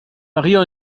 maria